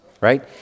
right